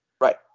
Right